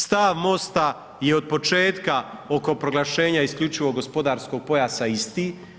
Stav MOST-a je od početka oko proglašenja isključivo gospodarskog pojasa isti.